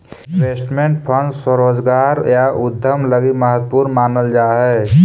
investment fund स्वरोजगार या उद्यम लगी महत्वपूर्ण मानल जा हई